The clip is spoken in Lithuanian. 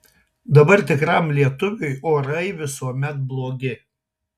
dabar tikram lietuviui orai visuomet blogi